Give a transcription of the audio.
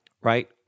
right